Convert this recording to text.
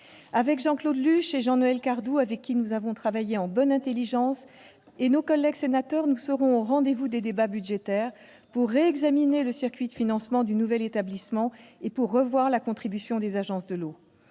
Comme Jean-Claude Luche et Jean-Noël Cardoux, avec lesquels j'ai travaillé en bonne intelligence, et nos collègues sénateurs, nous serons au rendez-vous des débats budgétaires pour réexaminer le circuit de financement du nouvel établissement et revoir la contribution des agences de l'eau.